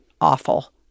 awful